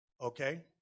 Okay